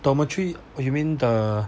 dormitory oh you mean the